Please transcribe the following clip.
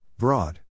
Broad